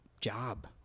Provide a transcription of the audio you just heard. job